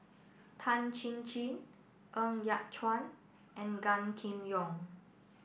Tan Chin Chin Ng Yat Chuan and Gan Kim Yong